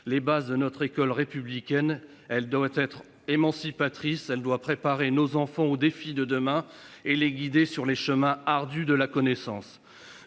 les bases de notre école républicaine, elle doit être émancipatrice, elle doit préparer nos enfants aux défis de demain et les guider sur les chemins ardus de la connaissance,